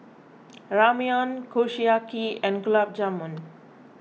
Ramyeon Kushiyaki and Gulab Jamun